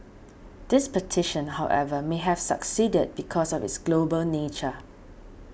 this petition however may have succeeded because of its global nature